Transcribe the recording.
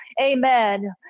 amen